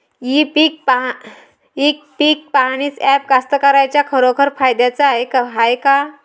इ पीक पहानीचं ॲप कास्तकाराइच्या खरोखर फायद्याचं हाये का?